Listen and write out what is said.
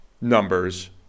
numbers